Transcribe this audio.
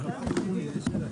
הישיבה ננעלה בשעה 12:08